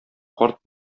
карт